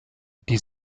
die